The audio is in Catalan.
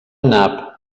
nap